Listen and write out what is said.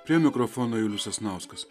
prie mikrofono julius sasnauskas